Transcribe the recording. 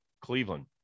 Cleveland